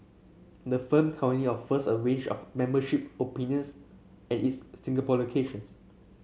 the firm currently offers a range of membership opinions at its Singapore locations